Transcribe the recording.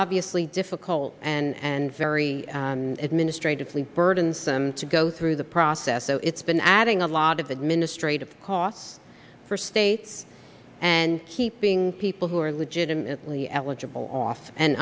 obviously difficult and very administratively burdensome to go through the process so it's been adding a lot of administrative costs for states and keeping people who are legitimately eligible off and